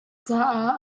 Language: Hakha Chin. caah